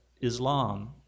Islam